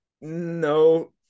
No